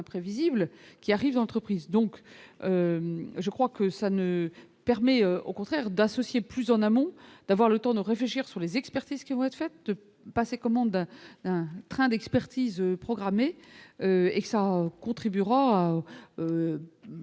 imprévisible qui arrive entreprise donc je crois que ça ne permet au contraire d'associer plus en amont, d'avoir le temps de réfléchir sur les expertises qui vont être faites passer commande d'un train d'expertise programmée et cela contribuera